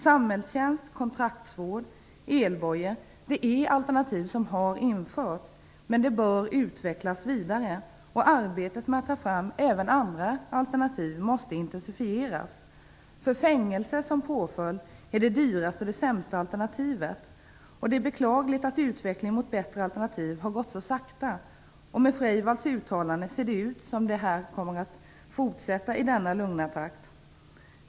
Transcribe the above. Samhällstjänst, kontraktsvård och elbojor är alternativ som har införts, men detta bör utvecklas vidare. Arbetet med att ta fram även andra alternativ måste intensifieras. Fängelse som påföljd är det sämsta och dyraste alternativet. Det är beklagligt att utvecklingen mot bättre alternativ har gått så sakta, och efter Laila Freivalds uttalande ser det ut som om det kommer att fortsätta i denna lugna takt.